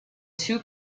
two